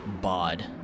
bod